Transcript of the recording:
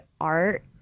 art